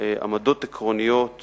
עמדות עקרוניות